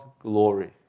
glory